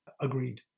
agreed